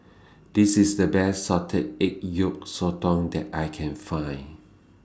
This IS The Best Salted Egg Yolk Sotong that I Can Find